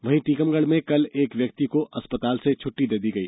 वहीं टीकमगढ़ में कल एक व्यक्ति को अस्पताल से छुट्टी दी गई